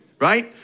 Right